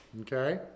Okay